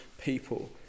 people